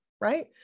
right